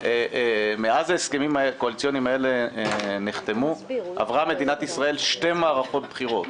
מאז ההסכמים הקואליציוניים נחתמו עבר מדינת ישראל שתי מערכות בחירות.